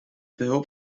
behulp